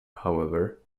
however